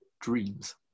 dreams